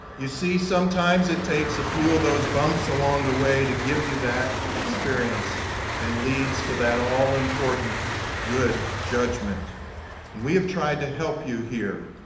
you see sometimes it takes a few of those bumps along the way to give you that experience and leads to that all important good judgment and we have tried to help you here,